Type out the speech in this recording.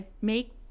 make